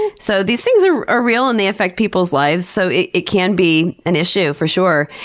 so these things are are real and they affect people's lives, so it it can be an issue for sure.